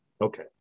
Okay